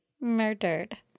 murdered